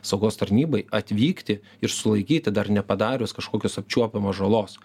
saugos tarnybai atvykti ir sulaikyti dar nepadarius kažkokios apčiuopiamos žalos